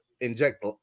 inject